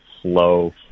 slow